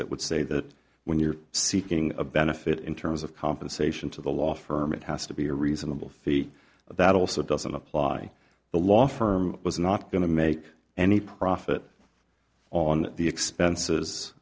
that would say that when you're seeking a benefit in terms of compensation to the law firm it has to be a reasonable fee but that also doesn't apply the law firm was not going to make any profit on the